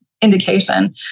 indication